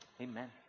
Amen